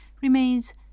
remains